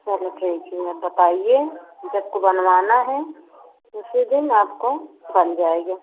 चलो ठीक है आप बताइए जबको बनवाना है उसी दिन आपको बन जाएगा